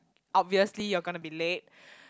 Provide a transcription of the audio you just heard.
obviously you're gonna be late